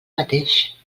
mateix